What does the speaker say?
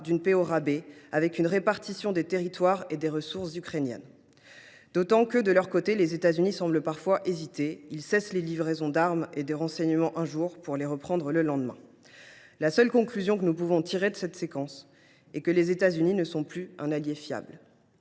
d’une paix au rabais, impliquant une répartition des territoires et des ressources ukrainiens. D’ailleurs, de leur côté, les États Unis semblent parfois hésiter. Ils cessent les livraisons d’armes et de renseignements un jour pour les reprendre le lendemain… La seule conclusion que nous pouvons tirer de cette séquence est que les États Unis ne sont plus un allié fiable.